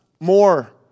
more